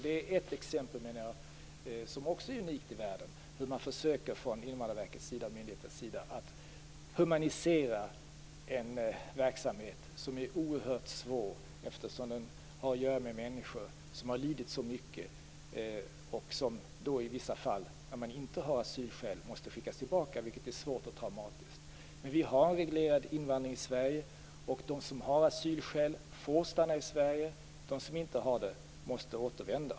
Det är ett exempel som också är unikt i världen, menar jag, hur man från Invandrarverkets sida försöker att humanisera en verksamhet som är oerhört svår, eftersom den har att göra med människor som har lidit så mycket och som i vissa fall, där man inte har asylskäl, måste skickas tillbaka. Det är svårt och traumatiskt. Men vi har reglerad invandring i Sverige, och de som har asylskäl får stanna i Sverige. De som inte har det måste återvända.